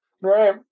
Right